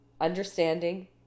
understanding